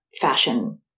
fashion